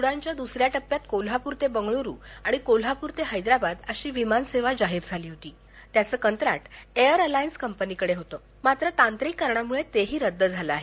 उडानच्या दुसऱ्या टप्प्यात कोल्हापूर ते बंगळूरू आणि कोल्हापूर ते हैदरबाद अशी विमानसेवा जाहीर झाली होती त्याच कंत्राट एअर अलायन्स कंपनीकडे होतं मात्र तांत्रिक कारणामुळे तेही रद्द झालं आहे